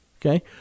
Okay